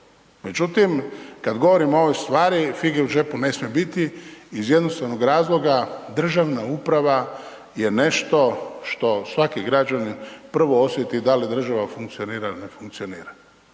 Međutim kad govorimo o ovoj stvari fige u džepu ne smije biti iz jednostavnog razloga državna uprava je nešto svaki građanin prvo osjeti da li država funkcionira ili ne funkcionira.